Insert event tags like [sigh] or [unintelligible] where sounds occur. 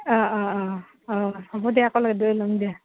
[unintelligible]